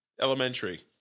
Elementary